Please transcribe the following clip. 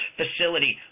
facility